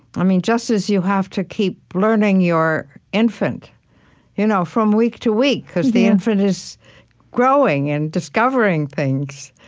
i mean just as you have to keep learning your infant you know from week to week, because the infant is growing and discovering things,